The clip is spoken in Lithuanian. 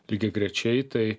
lygiagrečiai tai